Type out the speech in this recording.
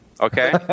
Okay